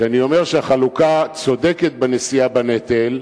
כשאני אומר שהחלוקה צודקת בנשיאה בנטל,